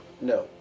No